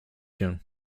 się